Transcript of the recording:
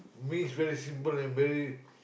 me is very simple and very